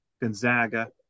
Gonzaga